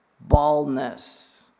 baldness